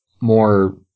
more